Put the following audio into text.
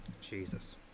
Jesus